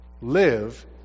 live